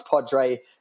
Padre